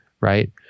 right